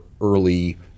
early